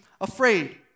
afraid